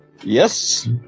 yes